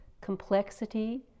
complexity